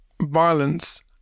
violence